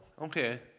Okay